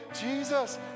Jesus